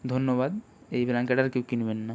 ধন্যবাদ এই ব্ল্যাঙ্কেট আর কেউ কিনবেন না